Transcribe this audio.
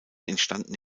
entstanden